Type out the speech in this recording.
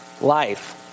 life